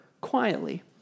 quietly